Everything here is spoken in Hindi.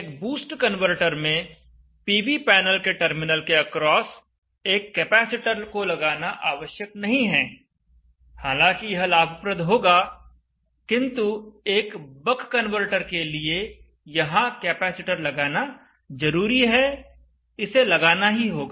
एक बूस्ट कन्वर्टर में पीवी पैनल के टर्मिनल के अक्रॉस एक कैपेसिटर को लगाना आवश्यक नहीं है हालांकि यह लाभप्रद होगा किंतु एक बक कनवर्टर के लिए यहां कैपेसिटर लगाना जरूरी है इसे लगाना ही होगा